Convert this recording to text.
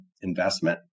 investment